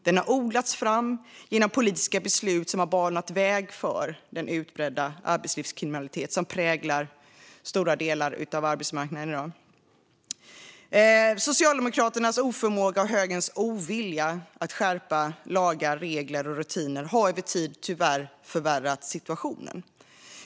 Den har odlats fram genom politiska beslut som har banat väg för den utbredda arbetslivskriminalitet som präglar stora delar av arbetsmarknaden i dag. Socialdemokraternas oförmåga och högerns ovilja att skärpa lagar, regler och rutiner har över tid förvärrat situationen.